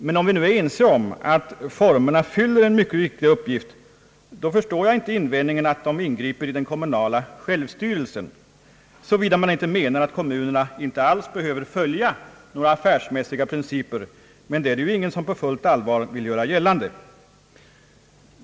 Och är vi nu ense om att formerna fyller en mycket viktig uppgift, då förstår jag inte invändningen att de ingriper i den kommunala självstyrelsen — såvida man inte menar att kommunerna inte alls behöver följa några affärsmässiga principer; men det vill ju ingen på fullt allvar göra gällande.